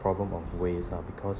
problem of waste ah because